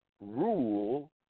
rule